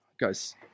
guys